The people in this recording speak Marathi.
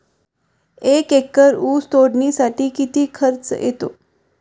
एक एकर ऊस तोडणीसाठी किती खर्च येतो?